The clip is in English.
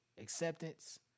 acceptance